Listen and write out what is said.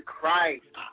Christ